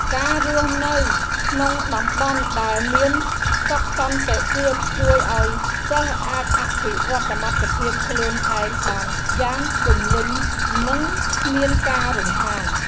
ការរស់នៅក្នុងតំបន់ដែលមានសុខសន្តិភាពជួយឱ្យសិស្សអាចអភិវឌ្ឍសមត្ថភាពខ្លួនឯងបានយ៉ាងពេញលេញនិងគ្មានការរំខាន។